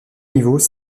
niveaux